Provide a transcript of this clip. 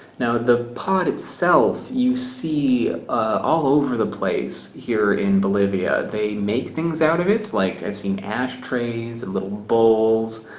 the pod itself you see all over the place here in bolivia they make things out of it. like i've seen ashtrays and little bowls,